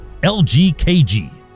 LGKG